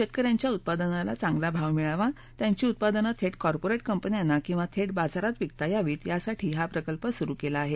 शेतकऱ्यांच्या उत्पादनाला चांगला भाव मिळावा त्यांची उत्पादनं थेट कॉर्पोरेट कंपन्यांना किंवा थेट बाजारात विकता यावीत यासाठी हा प्रकल्प सुरु केला आहे